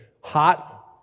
Hot